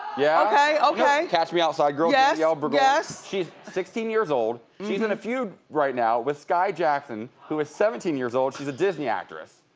yeah. okay. catch me outside girl, danielle. but yes. she's sixteen years old. she's in a feud right now with skai jackson, who is seventeen years old, she's a disney actress,